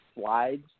slides